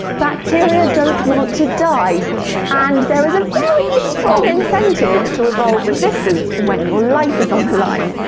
bacteria don't want to die and there is a very strong incentive to evolve resistance when your life is on the line.